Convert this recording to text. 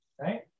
right